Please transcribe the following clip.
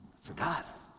Forgot